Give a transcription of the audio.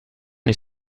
les